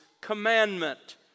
commandment